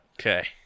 Okay